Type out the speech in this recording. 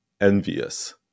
envious